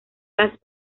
las